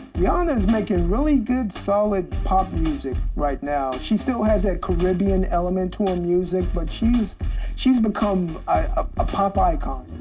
rihanna is making really good solid pop music right now. she still has that caribbean element to her music, but she's she's become a ah pop icon.